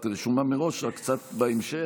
את רשומה מראש רק קצת בהמשך,